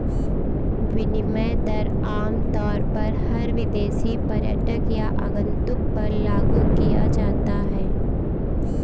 विनिमय दर आमतौर पर हर विदेशी पर्यटक या आगन्तुक पर लागू किया जाता है